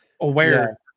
aware